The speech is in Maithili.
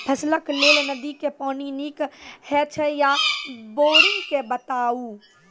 फसलक लेल नदी के पानि नीक हे छै या बोरिंग के बताऊ?